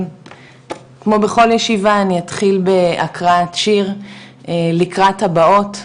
כמו בכל ישיבה אני אתחיל בהקראת שיר לקראת הבאות,